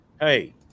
Hey